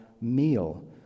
meal